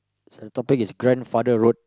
so the topic is grandfather's road